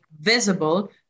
visible